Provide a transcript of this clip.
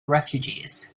refugees